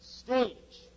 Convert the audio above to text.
stage